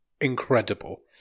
incredible